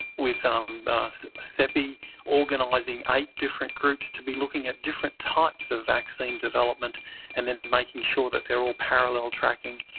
with um ah so cepi organising eight different groups to be looking at different types of vaccine development and then making sure that they are all parallel tracking,